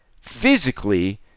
physically